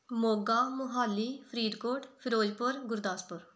Moga Mohali Faridkot Firozpur Gurdaspur